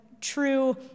true